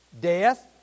Death